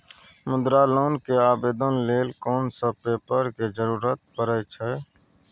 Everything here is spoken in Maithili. मुद्रा लोन के आवेदन लेल कोन सब पेपर के जरूरत परै छै?